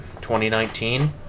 2019